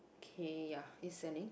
K ya is sending